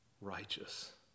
righteous